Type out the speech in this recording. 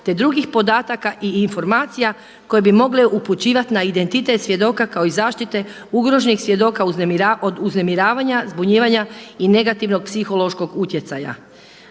te drugih podataka i informacija koje bi mogle upućivati na identitet svjedoka kao i zaštite ugroženih svjedoka od uznemiravanja, zbunjivanja i negativnog psihološkog utjecaja.